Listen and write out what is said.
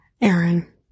Aaron